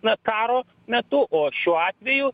na karo metu o šiuo atveju